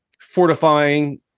fortifying